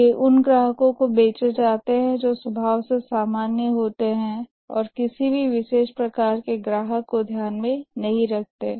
ये उन ग्राहकों को बेचे जाते हैं जो स्वभाव से सामान्य होते हैं और किसी भी विशेष प्रकार के ग्राहक को ध्यान में नहीं रखते हैं